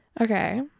Okay